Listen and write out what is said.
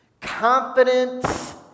confidence